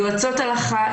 יועצות הלכה,